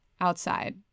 outside